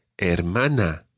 hermana